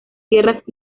sierras